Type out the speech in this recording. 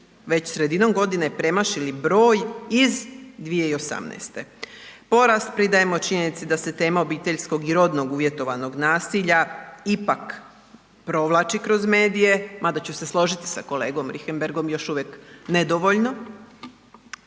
već sredinom godine premašili broj iz 2018. Porast pridajemo činjenici da se tema obiteljskog i rodnog uvjetovanog nasilja ipak provlači kroz medije, ma da ću se složiti sa kolegom Richemberghom još uvijek nedovoljno